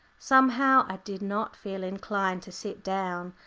somehow i did not feel inclined to sit down.